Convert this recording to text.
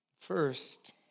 First